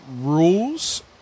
rules